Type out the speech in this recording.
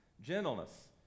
gentleness